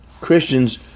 Christians